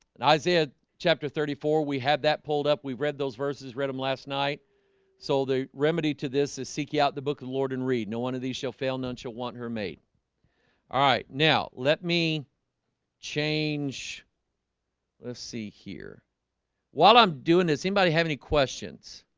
and isaiah chapter thirty four we had that pulled up we've read those verses read them last night so the remedy to this is seek you out the book of lord and read. no one of these shall fail none shall want her mate all ah right now let me change let's see here while i'm doing this anybody have any questions